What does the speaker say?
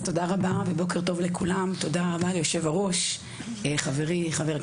סגנית שר האוצר מיכל